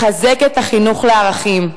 לחזק את החינוך לערכים.